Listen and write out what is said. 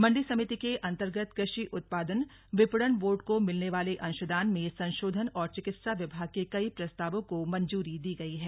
मंडी समिति के अंतर्गत कृषि उत्पादन विपणन बोर्ड को मिलने वाले अंशदान में संशोधन और चिकित्सा विभाग के कई प्रस्तावों को मंजूरी दी गई है